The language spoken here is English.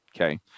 okay